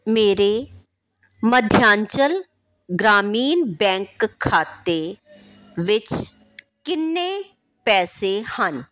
ਮੇਰੇ ਮੱਧਯਾਂਚਲ ਗ੍ਰਾਮੀਣ ਬੈਂਕ ਖਾਤੇ ਵਿੱਚ ਕਿੰਨੇ ਪੈਸੇ ਹਨ